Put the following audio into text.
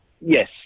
Yes